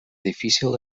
difícil